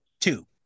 Two